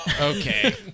Okay